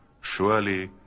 surely